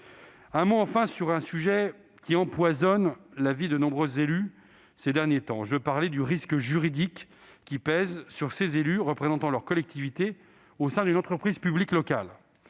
un mot, enfin, sur un sujet qui empoisonne la vie de nombreux élus ces derniers temps, à savoir le risque juridique qui pèse sur les représentants d'une collectivité au sein d'une entreprise publique locale.